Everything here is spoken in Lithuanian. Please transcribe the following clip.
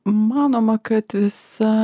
manoma kad visa